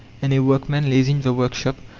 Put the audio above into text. and a workman, lazy in the workshop,